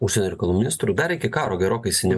užsienio reikalų ministru dar iki karo gerokai seniau